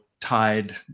tied